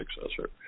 successor